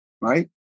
right